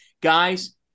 Guys